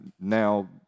now